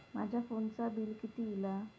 माझ्या फोनचा बिल किती इला?